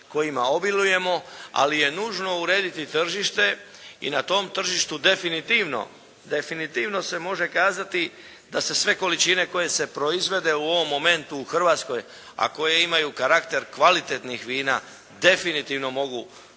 kojima obilujemo. Ali je nužno urediti tržište i na tom tržištu definitivno može kazati da se sve količine koje se proizvede u ovom momentu u Hrvatskoj a koje imaju karakter kvalitetnih vina definitivno mogu prodati.